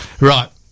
Right